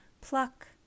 Pluck